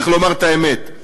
צריך לומר את האמת.